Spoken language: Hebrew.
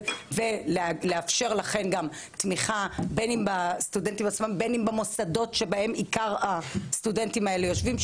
ולאפשר גם תמיכה בין אם במוסדות שבהם עיקר הסטודנטים יושבים.